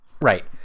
Right